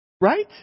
Right